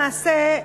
למעשה,